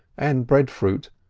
and breadfruit,